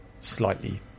slightly